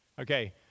Okay